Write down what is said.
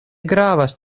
gravas